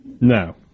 No